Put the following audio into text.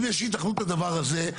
אם יש היתכנות לדבר הזה,